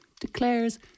declares